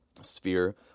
sphere